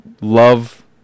love